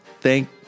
thank